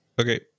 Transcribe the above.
Okay